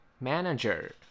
Manager